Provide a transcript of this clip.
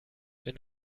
wenn